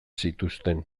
zituzten